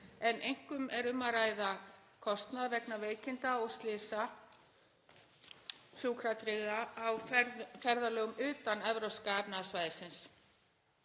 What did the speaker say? en einkum er um að ræða kostnað vegna veikinda og slysa sjúkratryggðra á ferðalögum utan Evrópska efnahagssvæðisins.